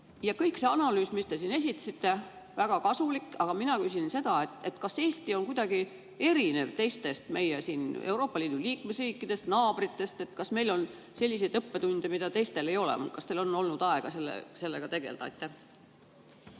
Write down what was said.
Kõik see analüüs, mis te esitasite, on väga kasulik, aga mina küsin seda, kas Eesti on kuidagi erinev teistest Euroopa Liidu liikmesriikidest, naabritest. Kas meil on selliseid õppetunde, mida teistel ei ole? Kas teil on olnud aega sellega tegeleda?